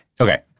Okay